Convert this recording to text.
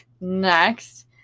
next